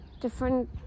different